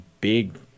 big